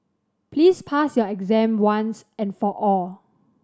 please pass your exam once and for all